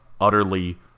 utterly